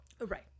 Right